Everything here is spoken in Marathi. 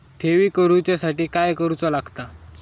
ठेवी करूच्या साठी काय करूचा लागता?